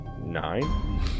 nine